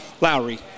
Lowry